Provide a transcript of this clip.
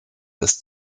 ist